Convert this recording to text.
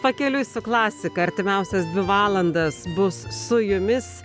pakeliui su klasika artimiausias dvi valandas bus su jumis